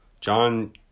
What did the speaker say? John